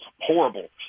horrible